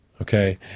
Okay